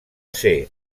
ser